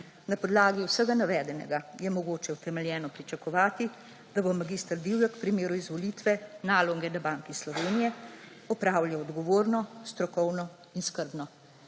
Na podlagi vsega navedenega je mogoče utemeljeno pričakovati, da bo mag. Divjak v primeru izvolitve naloge na Banki Slovenije opravljal odgovorno, strokovno in skrbno.